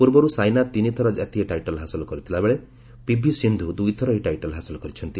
ପୂର୍ବରୁ ସାଇନା ତିନିଥର ଜାତୀୟ ଟାଇଟଲ୍ ହାସଲ କରିଥିଲା ବେଳେ ପିଭି ସିନ୍ଧୁ ଦୁଇଥର ଏହି ଟାଇଟଲ୍ ହାସଲ କରିଛନ୍ତି